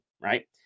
right